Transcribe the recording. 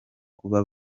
kuba